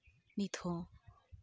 ᱱᱤᱛ ᱦᱚᱸ